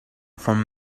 from